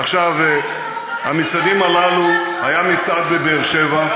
עכשיו, המצעדים הללו, היה מצעד בבאר-שבע,